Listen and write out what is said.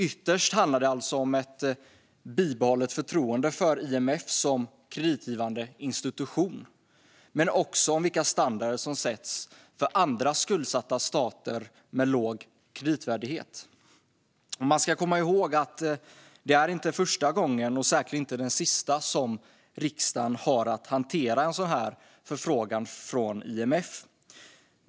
Ytterst handlar det alltså om ett bibehållet förtroende för IMF som kreditgivande institution men också om vilka standarder som sätts för andra skuldsatta stater med låg kreditvärdighet. Man ska komma ihåg att det inte är första gången och säkerligen inte den sista som riksdagen har att hantera en sådan här förfrågan från IMF.